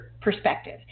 perspective